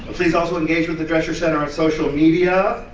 please also engage with the dresher center on social media.